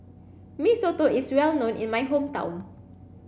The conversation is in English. Mee Soto is well known in my hometown